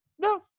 no